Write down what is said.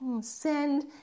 send